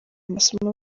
amasomo